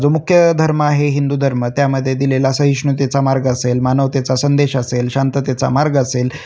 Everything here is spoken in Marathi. जो मुख्य धर्म आहे हिंदू धर्म त्यामध्ये दिलेला सहिष्णुतेचा मार्ग असेल मानवतेचा संदेश असेल शांततेचा मार्ग असेल